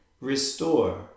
Restore